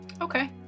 Okay